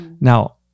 Now